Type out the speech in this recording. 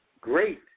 Great